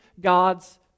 God's